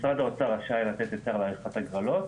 משרד האוצר רשאי לתת היתר לעריכת הגרלות,